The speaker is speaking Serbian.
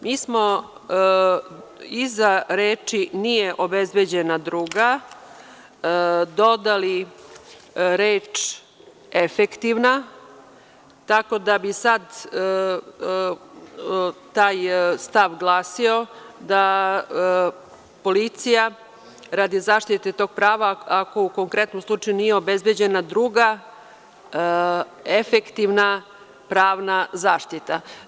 Mi smo iza reči - nije obezbeđena druga dodali reč - efektivna, tako da bi sada taj stav glasio, da policija radi zaštite tog prava, ako u konkretnom slučaju nije obezbeđena druga efektivna pravna zaštita…